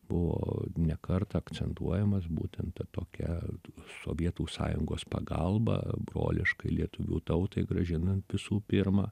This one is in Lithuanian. buvo ne kartą akcentuojamas būtent ta tokia sovietų sąjungos pagalba broliškai lietuvių tautai grąžinant visų pirma